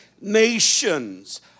Nations